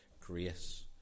grace